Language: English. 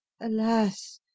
Alas